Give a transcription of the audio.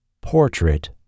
Portrait